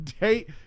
date